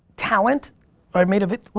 talent or i made a video.